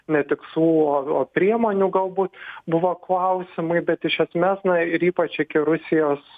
ne tikslų o o priemonių galbūt buvo klausimai bet iš esmės na ir ypač iki rusijos